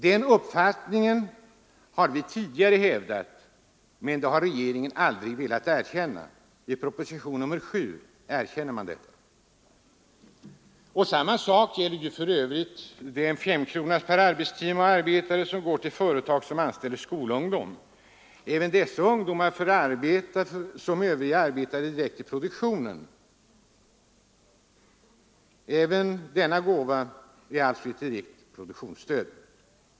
Den uppfattningen har vi tidigare hävdat, men regeringen har aldrig velat erkänna att det är på detta sätt. I propositionen 7 erkänner man det. Samma sak gäller för övrigt de 5 kronor per arbetstimme och arbetare som går till företag som anställer skolungdomar. Dessa ungdomar får arbeta som övriga arbetare direkt i produktionen. Även denna gåva är alltså ett direkt produktionsstöd.